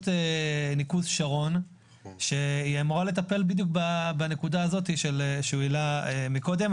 ניקוז שרון שאמורה לטפל בנקודה הזאת שאיימן העלה קודם.